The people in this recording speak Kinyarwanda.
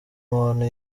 muntu